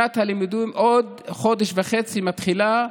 שנת הלימודים בעוד חודש וחצי מתחילה,